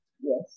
yes